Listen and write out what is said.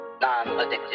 Non-addictive